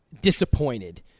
disappointed